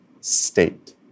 state